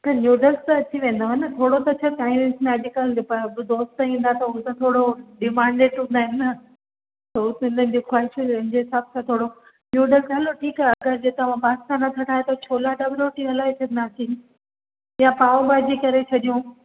noodles त अची वेंदव न थोरो त छा टाइम ते अॼु कल्ह दोस्त ईंदा त हू त थोरो डिमांडिड हूंदा आहिनि न त दोस्तनि जे ख्वाहिशुनि जे हिसाब सां थोरो नूडल्स हलो ठीकु आहे जे तव्हां पास्ता नथा ठाहियो त छोला डॿल रोटी हलाए छॾींदासीं या पाव भाॼी करे छॾियूं